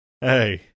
Hey